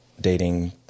dating